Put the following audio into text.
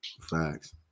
Facts